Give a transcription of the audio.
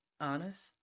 honest